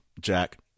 Jack